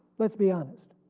let's be honest